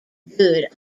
good